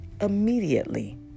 immediately